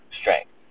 strength